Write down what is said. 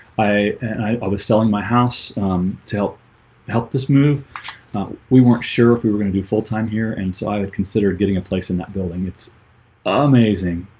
i and i ah was selling my house to help help this move we weren't sure if we were going to do full-time here. and so i would consider getting a place in that building. it's amazing.